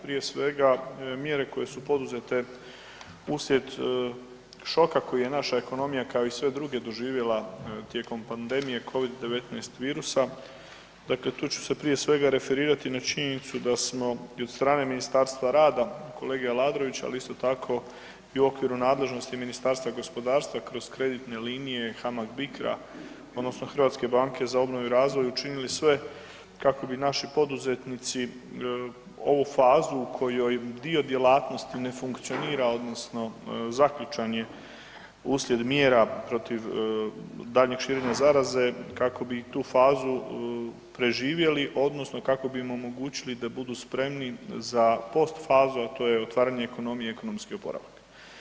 Prije svega mjere koje su poduzete uslijed šoka koji je naša ekonomija doživjela tijekom pandemije Covid-19 virusa, dakle tu ću se prije svega referirati i na činjenicu da smo i od strane Ministarstva rada kolege Aladrovića, ali isto tako i u okviru nadležnosti Ministarstva gospodarstva kroz kreditne linije i HAMAG BICRA odnosno Hrvatske banke za obnovu i razvoj učinili sve kako bi naši poduzetnici ovu fazu u kojoj dio djelatnosti ne funkcionira odnosno zaključan je uslijed mjera protiv daljnjeg širenja zaraze kako bi tu fazu preživjeli odnosno kako bi im omogućili da budu spremni za postfazu, a to je otvaranje ekonomije i ekonomski oporavak.